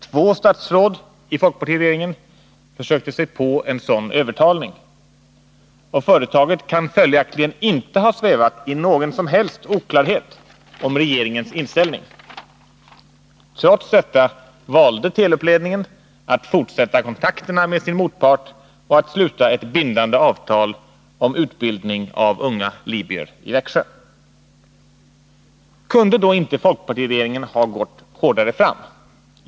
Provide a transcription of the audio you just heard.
Två statsråd i folkpartiregeringen försökte sig på en sådan övertalning, och företaget kan följaktligen inte ha svävat i okunnighet om regeringens inställning. Trots detta valde Telub-ledningen att fortsätta kontakterna med sin motpart och att sluta ett bindande avtal om utbildning av unga libyer i Växjö. Kunde folkpartiregeringen då inte ha gått hårdare fram?